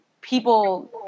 people